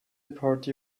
party